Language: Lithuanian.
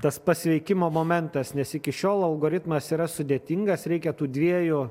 tas pasveikimo momentas nes iki šiol algoritmas yra sudėtingas reikia tų dviejų